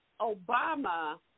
Obama